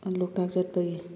ꯂꯣꯛꯇꯥꯛ ꯆꯠꯄꯒꯤ